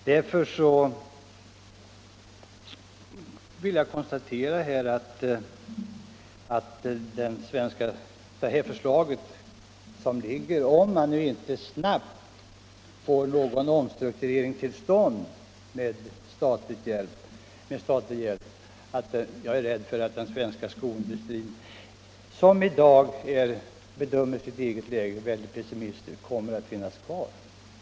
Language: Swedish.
Därför vill jag säga att jag trots det föreliggande förslaget, om man nu inte snabbt får till stånd en omstrukturering med statlig hjälp, är rädd för att den svenska skoindustrin — som i dag bedömer sitt eget läge mycket pessimistiskt — kanske kommer att försvinna.